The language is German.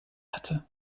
hatte